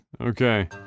Okay